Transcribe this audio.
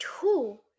two